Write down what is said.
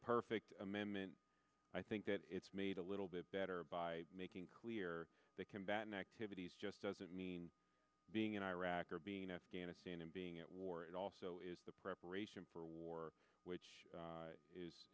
perfect amendment i think that it's made a little bit better by making clear that combat an activity is just doesn't mean being in iraq or being afghanistan and being at war it also is the preparation for war which is is